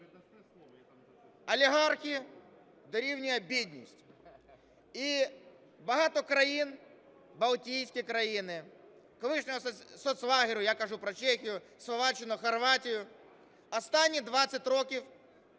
Олігархи дорівнює бідність. І багато країн, балтійські країни, колишнього соцлагеря, я кажу про Чехію, Словаччину, Хорватію, останні 20 років